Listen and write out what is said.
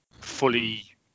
fully